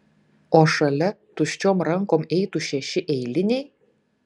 o šalia tuščiom rankom eitų šeši eiliniai